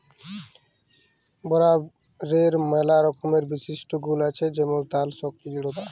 রাবারের ম্যালা রকমের বিশিষ্ট গুল আছে যেমল তার শক্তি দৃঢ়তা